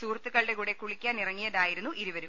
സുഹൃത്തു ക്കളുടെ കൂടെ കുളിക്കാനിറങ്ങിയതായിരുന്നു ഇരുവരും